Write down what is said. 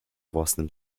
własnym